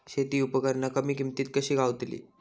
शेती उपकरणा कमी किमतीत कशी गावतली?